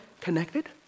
connected